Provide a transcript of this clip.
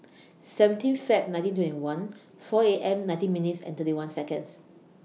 seventeen Feb nineteen twenty one four A M nineteen minutes and thirty one Seconds